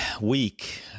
week